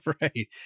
Right